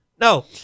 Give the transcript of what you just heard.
No